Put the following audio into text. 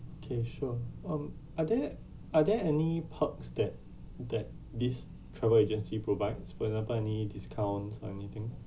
okay sure um are there are there any perks that that this travel agency provides further any discounts or anything